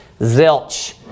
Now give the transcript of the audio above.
Zilch